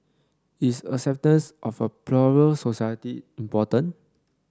is acceptance of a plural society important